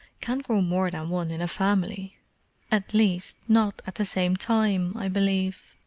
can't grow more than one in a family at least not at the same time, i believe.